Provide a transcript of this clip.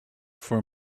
for